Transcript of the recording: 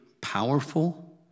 powerful